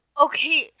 Okay